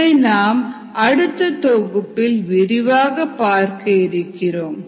இதை நாம் அடுத்த தொகுப்பில் விரிவாக பார்க்க இருக்கிறோம்